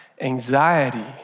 anxiety